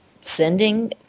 sending